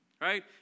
Right